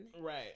right